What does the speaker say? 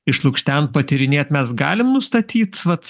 išlukštent patyrinėt mes galim nustatyt vat